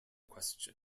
question